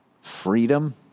Freedom